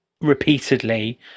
repeatedly